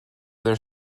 their